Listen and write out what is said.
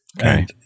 Okay